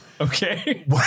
Okay